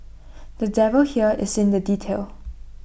the devil here is in the detail